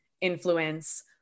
influence